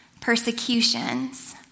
persecutions